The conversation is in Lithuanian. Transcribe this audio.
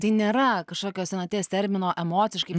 tai nėra kažkokio senaties termino emociškai